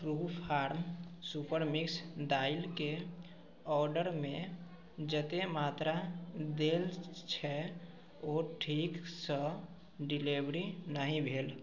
Truefarm super mix दालिके ऑडरमे जतेक मात्रा देल छै ओ ठीकसँ डिलीवरी नहि भेल